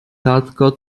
tatko